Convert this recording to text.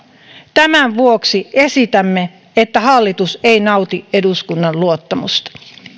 tämän vuoksi esitämme että hallitus ei nauti eduskunnan luottamusta